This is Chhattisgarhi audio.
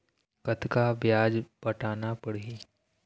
कतका ब्याज पटाना पड़ही?